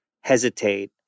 hesitate